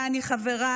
שבה אני חברה,